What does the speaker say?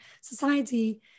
society